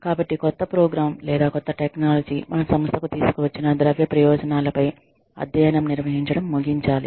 కాబట్టి కొత్త ప్రోగ్రామ్ లేదా కొత్త టెక్నాలజీ మన సంస్థకు తీసుకువచ్చిన ద్రవ్య ప్రయోజనాలపై అధ్యయనం నిర్వహించడం ముగించాలి